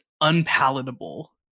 unpalatable